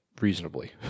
reasonably